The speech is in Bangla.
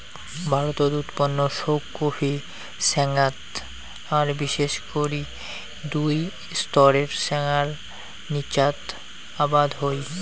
ভারতত উৎপন্ন সৌগ কফি ছ্যাঙাত আর বিশেষ করি দুই স্তরের ছ্যাঙার নীচাত আবাদ হই